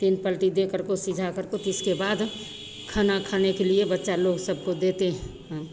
तीन पलटी देकर को सिझाकर को तो इसके बाद खाना खाने के लिए बच्चा लोग सबको देते हैं हम